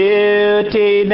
Beauty